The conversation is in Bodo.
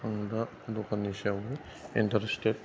आं दा दखाननि सायावबो इन्तारेस्टेट